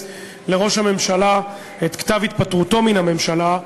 לראש הממשלה את כתב התפטרותו מהממשלה,